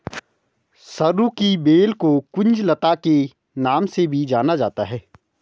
सरू की बेल को कुंज लता के नाम से भी जाना जाता है